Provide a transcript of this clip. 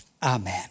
Amen